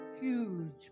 huge